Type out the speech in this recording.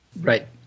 Right